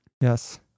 Yes